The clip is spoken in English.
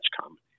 comedy